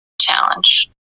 challenge